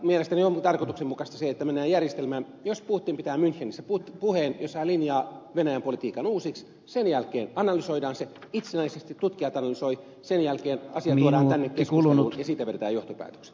mielestäni onkin tarkoituksenmukaista se että mennään sellaiseen järjestelmään että jos putin pitää munchenissä puheen jossa hän linjaa venäjän politiikan uusiksi sen jälkeen analysoidaan se itsenäisesti tutkijat analysoivat sen jälkeen asia tuodaan tänne keskusteluun ja siitä vedetään johtopäätökset